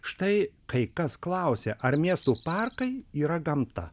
štai kai kas klausė ar miestų parkai yra gamta